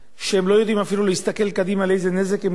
איזה נזק הם גורמים במעשים הנפשעים שלהם,